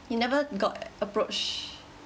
you never got approach